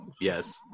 Yes